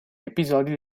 episodi